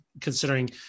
considering